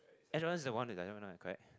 Air Jordans is the one that I correct